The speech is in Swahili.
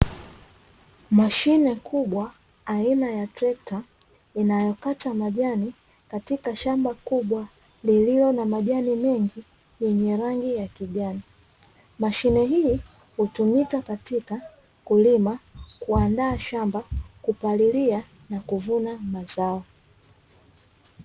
Mashine kubwa aina ya trekta inayokata majani katika shamba kubwa lililo na majani mengi yenye rangi ya kijani, mashine hii hutumika katika kulima kuandaa shamba kupalilia na kuvuna mazao.